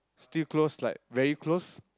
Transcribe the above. still close like very close